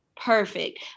Perfect